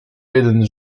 jeden